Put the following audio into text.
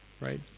right